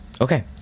okay